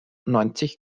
neunzig